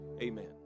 Amen